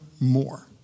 more